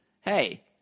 hey